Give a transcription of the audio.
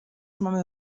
mamy